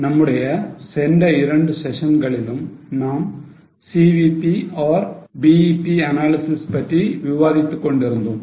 நம்முடைய சென்ற இரண்டு செஷன்களிலும் நாம் CVP or BEP analysis பற்றி விவாதித்துக் கொண்டிருக்கிறோம்